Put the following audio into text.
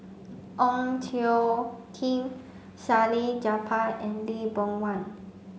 Ong Tjoe Kim Salleh Japar and Lee Boon Wang